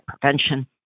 prevention